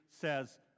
says